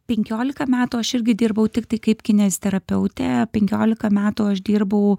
penkiolika metų aš irgi dirbau tiktai kaip kineziterapeutė penkiolika metų aš dirbau